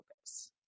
focus